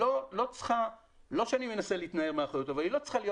לא שאני מנסה להתנער מהאחריות לא צריכה להיות